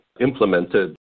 implemented